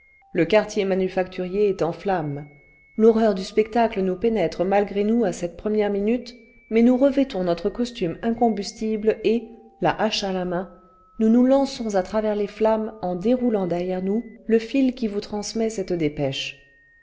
le quartier manufacce turier est en flammes l'horreur du spectacle nous pénètre malgré nous à cette première minute mais nous revêtons notre costume incombus tible et la hache à la main nous nous lançons à travers les flammes en déroulant derrière nous le fil qui vous transmet cette dépêche